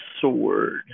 sword